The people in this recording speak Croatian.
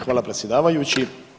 Hvala predsjedavajući.